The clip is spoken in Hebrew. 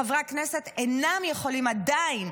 חברי הכנסת אינם יכולים עדיין,